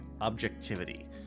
objectivity